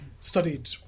studied